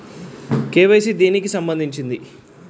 KYC దేనికి సంబందించింది?